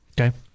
Okay